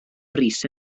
bris